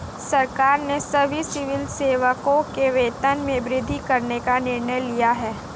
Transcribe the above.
सरकार ने सभी सिविल सेवकों के वेतन में वृद्धि करने का निर्णय लिया है